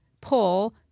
pull